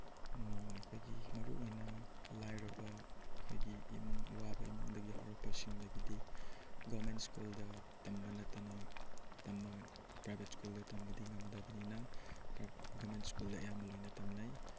ꯑꯩꯈꯣꯏꯒꯤ ꯃꯔꯨꯑꯣꯏꯅ ꯂꯥꯏꯔꯕ ꯑꯩꯈꯣꯏꯒꯤ ꯏꯃꯨꯡ ꯑꯋꯥꯕ ꯏꯃꯨꯡꯗꯒꯤ ꯍꯧꯔꯛꯄꯁꯤꯡꯅꯒꯤꯗꯤ ꯒꯣꯔꯃꯦꯟ ꯁ꯭ꯀꯨꯜꯗ ꯇꯝꯕ ꯅꯠꯇꯅ ꯄ꯭ꯔꯥꯏꯚꯦꯠ ꯁ꯭ꯀꯨꯜꯗ ꯇꯝꯕꯗꯤ ꯉꯝꯗꯕꯅꯤꯅ ꯒꯣꯔꯃꯦꯟ ꯁ꯭ꯀꯨꯜꯗ ꯑꯌꯥꯝꯕ ꯂꯣꯏꯅ ꯇꯝꯅꯩ